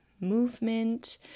movement